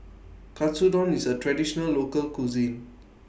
Katsudon IS A Traditional Local Cuisine